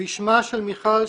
-- בשמה של מיכל,